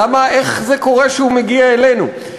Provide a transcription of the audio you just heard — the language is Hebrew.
איך זה קורה שהוא מגיע אלינו?